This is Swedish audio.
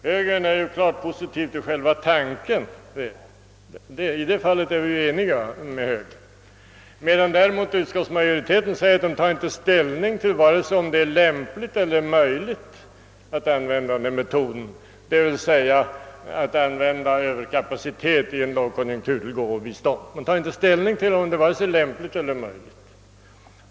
Högern är ju klart positivt inställd till själva tanken — i det fallet är ju vi eniga med högern — medan utskottsmajoriteten säger, att den inte tagit ställning till huruvida det är lämp ligt eller möjligt att i en lågkonjunktur använda en överkapacitet till gåvobistånd.